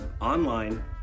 Online